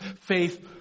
faith